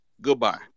Goodbye